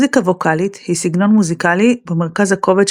מוזיקה ווקאלית היא סגנון מוזיקלי בו מרכז הכובד